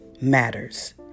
matters